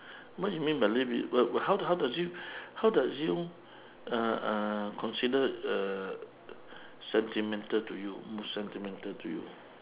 what do you mean by live with what how how does it how does you uh uh consider err sentimental to you most sentimental to you